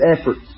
efforts